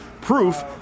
proof